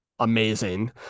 Amazing